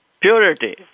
purity